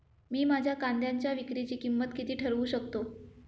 मी माझ्या कांद्यांच्या विक्रीची किंमत किती ठरवू शकतो?